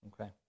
Okay